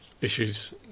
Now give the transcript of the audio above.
issues